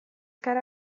gara